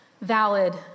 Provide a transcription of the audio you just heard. valid